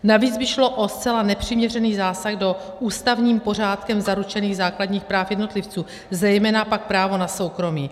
Navíc by šlo o zcela nepřiměřený zásah do ústavním pořádkem zaručených základních práv jednotlivců, zejména pak práva na soukromí.